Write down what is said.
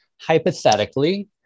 hypothetically